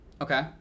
Okay